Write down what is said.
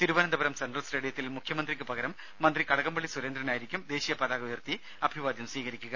Thiruvananthapuram central സ്റ്റേഡിയത്തിൽ മുഖ്യമന്ത്രിക്ക് പകരം മന്ത്രി കടകംപള്ളി സുരേന്ദ്രനായിരിക്കും ദേശീയ പതാക ഉയർത്തി അഭിവാദ്യം സ്വീകരിക്കുക